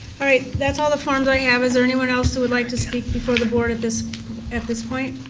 all right, that's all the forms i have. is there anyone else who would like to speak before the board at this at this point?